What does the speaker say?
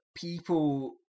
people